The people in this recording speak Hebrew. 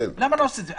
למה לא עושים את זה?